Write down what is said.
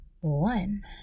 one